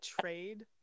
trade